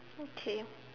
okay